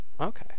Okay